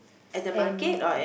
and